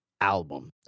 album